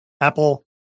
Apple